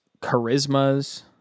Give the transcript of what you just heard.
charismas